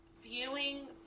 viewing